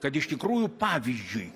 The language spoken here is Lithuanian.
kad iš tikrųjų pavyzdžiui